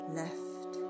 left